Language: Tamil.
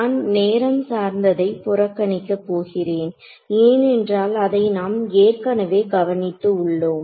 நான் நேரம் சார்ந்ததை புறக்கணிக்க போகிறேன் ஏனென்றால் அதை நாம் ஏற்கனவே கவனித்து உள்ளோம்